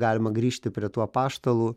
galima grįžti prie tų apaštalų